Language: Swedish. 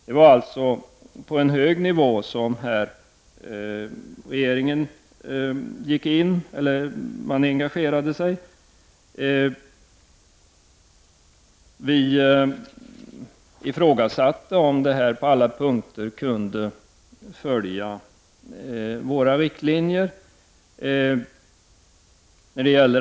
Det var alltså på en hög nivå som den svenska regeringen engagerade sig. Vi ifrågasatte om man genom detta avtal på alla punkter kunde följa våra riktlinjer.